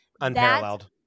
Unparalleled